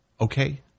Okay